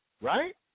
right